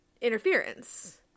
interference